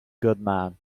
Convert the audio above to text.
goodman